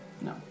No